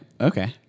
Okay